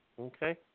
Okay